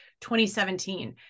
2017